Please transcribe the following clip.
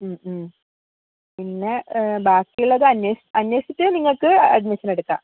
പിന്നെ ബാക്കിയുള്ളത് അന്നേഷ് അന്വേഷിച്ചിട്ട് നിങ്ങൾക്ക് അഡ്മിഷൻ എടുക്കാം